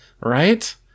Right